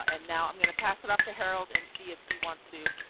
and now i'm going to pass it off to harold and see if he wants to